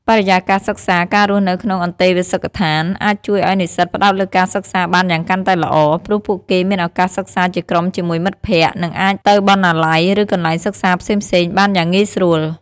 បរិយាកាសសិក្សា ការរស់នៅក្នុងអន្តេវាសិកដ្ឋានអាចជួយឱ្យនិស្សិតផ្តោតលើការសិក្សាបានកាន់តែល្អ ព្រោះពួកគេមានឱកាសសិក្សាជាក្រុមជាមួយមិត្តភក្តិ និងអាចទៅបណ្ណាល័យ ឬកន្លែងសិក្សាផ្សេងៗបានយ៉ាងងាយស្រួល។